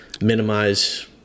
Minimize